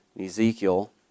Ezekiel